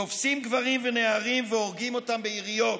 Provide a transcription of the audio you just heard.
תופסים גברים ונערים והורגים אותם ביריות.